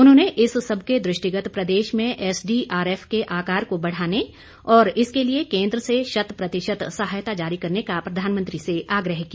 उन्होंने इस सबके दृष्टिगत प्रदेश में एसडीआरएफ के आकार को बढ़ाने और इसके लिए केंद्र से शतप्रतिशत सहायता जारी करने का प्रधानमंत्री से आग्रह किया